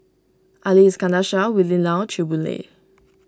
Ali Iskandar Shah Willin Low Chew Boon Lay